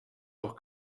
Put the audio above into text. doch